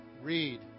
read